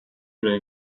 ارائه